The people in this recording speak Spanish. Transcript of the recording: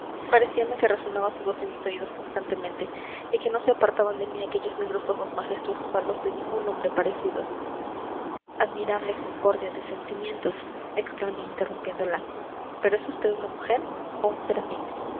estupefacta parecíame que resonaba su voz en mis oídos constantemente y que no se apartaban de mí aquellos negros ojos majestuosos a los de ningún hombre parecidos admirable concordia de sentimientos exclamé interrumpiéndola pero es vd una mujer o un serafín